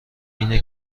اینه